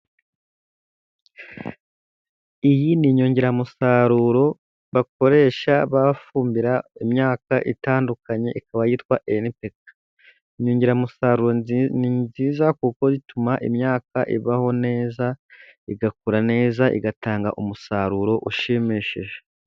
Iyi ni inyongeramusaruro bakoresha bafumbira imyaka itandukanye, ikaba yitwa Enipeka. Inyongeramusaruro ni nziza, kuko ituma imyaka ibaho neza, igakura neza, igatanga umusaruro ushimishije.